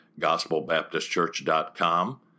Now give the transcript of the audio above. gospelbaptistchurch.com